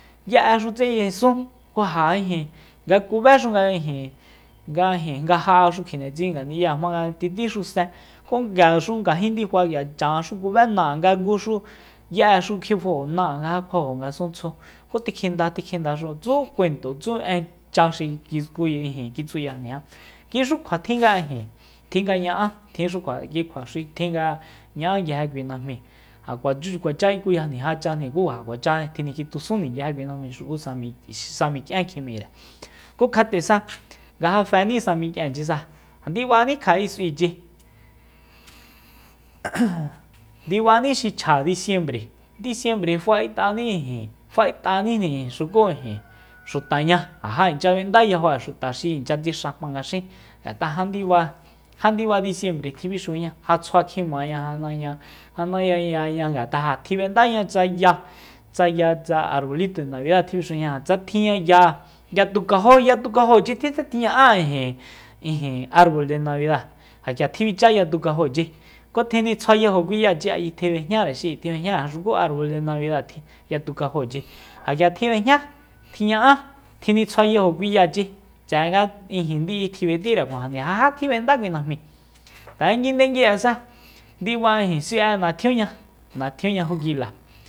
Ye'e xutse 'yesun ku ja ijin nga kubéxu ijin nga ijin nga ja'axu kjindetsin kui ngani'ya jmanga kitíxu sen ku k'iaxu ngajin ndifa ku k'ia chanxú kubé na'e nga nguxu ye'exu kjifajo ná'e kjuajo ngasuntsju ku tikjindatikjindaxu tsú kuento tsú en cha xi kitku xikitsuyajni kuixukjua tjinga ijin tjin nga ña'á tjin xukjua ki kjua xi tjin nga ña'á nguije kui najmíi ja kuachux ja kuacha ikuyajni jachajni ku ja kuacha tjinikjitjusújni nguije kui najmíi xuku sami- samik'ien ku kjat'e sa ja fení sa mik'ienchisa ndibani kja'e s'uichi ndibani xi chja disiembre- disiembre fae't'ani ijin fae'ta'anjnii xu ijin xutaña ja jainchya b'enda yajo'e xuta xi inchya tsixa jmanga xín ngat'a ja ndiba ja ndiba disiembre tjibixuña ja tsjua kjimaña jandañaña ngat'a ja tjinb'endaña tsa ya tsa ya tsa arbolito de navida tjibixuña ja tsa tjinña ya ya tukajochitse tjiña'a ijin- ijin arbol de nabida ja k'ia tjibichá ya tukajochi ku tjinitsjuayajo kui yachi ayi tjib'ejñare xi'i tjib'ejñare ngu arbo de anbida yatukajochi ja k'ia tjib'ejña tjiña'a tjinitsjuayajo kui yachi tse'e nga ndi'i tjib'etire kuajande ja jatjib'enda kui najmíi tanga nguindengui'esa ndiba s'ui'e natjuñia natjuñia jukila